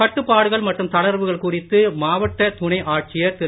கட்டுப்பாடுகள் மற்றும் தளர்வுகள் குறித்து மாவட்ட துணை ஆட்சியர் திரு